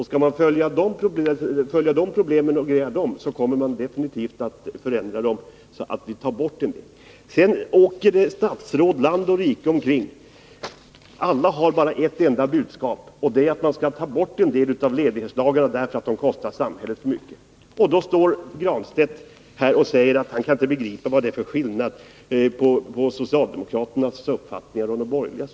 Skall man följa upp de problemen och klara dem, kommer man definitivt att förändra så mycket att en del kommer bort. Statsråd åker land och rike kring, och alla har de bara ett budskap: att få bort en del av ledighetslagarna, därför att de kostar så mycket för samhället. Då står Pär Granstedt här och säger att han inte kan begripa vad det är för skillnad mellan socialdemokraterna och de borgerliga!